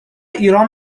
ایران